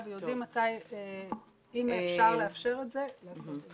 ויודעים אם אפשר לאפשר את זה ולעשות את זה.